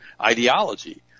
ideology